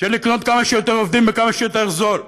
של לקנות כמה שיותר עובדים בכמה שיותר זול,